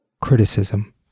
Criticism